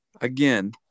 Again